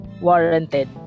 warranted